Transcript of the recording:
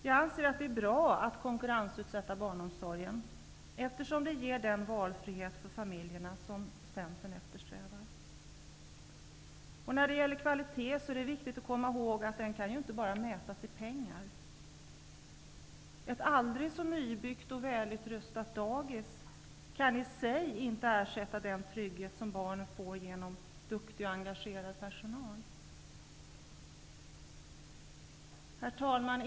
Jag anser att det är bra att konkurrensutsätta barnomsorgen, eftersom det ger den valfrihet för familjerna som Centern eftersträvar. När det gäller kvalitet är det viktigt att komma ihåg att den inte bara kan mätas i pengar. Ett aldrig så nybyggt och välutrustat dagis kan i sig inte ersätta den trygghet som barnen får genom duktig och engagerad personal. Herr talman!